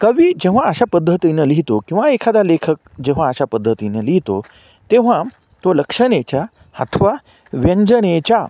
कवी जेव्हा अशा पद्धतीनं लिहितो किंवा एखादा लेखक जेव्हा अशा पद्धतीने लिहितो तेव्हा तो लक्षणेच्या अथवा व्यंजनेच्या